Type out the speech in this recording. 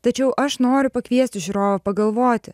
tačiau aš noriu pakviesti žiūrovą pagalvoti